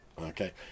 Okay